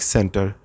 Center